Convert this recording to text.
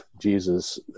Jesus